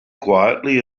quietly